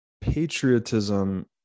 patriotism